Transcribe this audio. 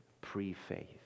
pre-faith